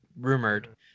rumored